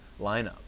lineup